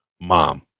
mom